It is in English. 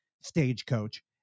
stagecoach